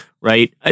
right